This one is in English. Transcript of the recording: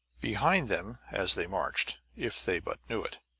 behind them as they marched, if they but knew it,